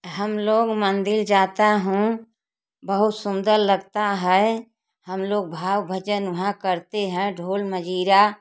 हम लोग मंदिर जाते हैं बहुत सुन्दर लगता है हम लोग भाव भजन वहाँ करते है ढोल मंजीरा